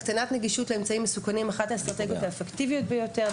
הקטנת נגישות לאמצעים מסוכנים היא אחת האסטרטגיות האפקטיביות ביותר.